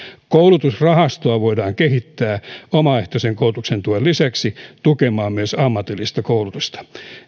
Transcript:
koulutusrahastoa voidaan kehittää omaehtoisen koulutuksen tuen lisäksi tukemaan myös ammatillista koulutusta